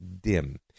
dim